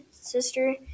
sister